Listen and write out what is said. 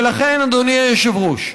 ולכן, אדוני היושב-ראש,